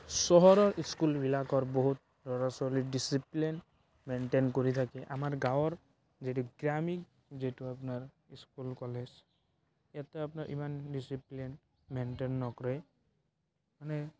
চহৰৰ স্কুলবিলাকৰ বহুত ল'ৰা ছোৱালী ডিচিপ্লিন মেইনটেইন কৰি থাকে আমাৰ গাঁৱৰ যিটো গ্ৰামীণ যিটো আপোনাৰ স্কুল কলেজ ইয়াতে আপোনাৰ ইমান ডিচিপ্লিন মেইনটেইন নকৰে মানে